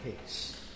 case